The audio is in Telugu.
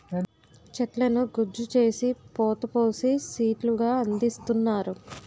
చెట్లను గుజ్జు చేసి పోత పోసి సీట్లు గా అందిస్తున్నారు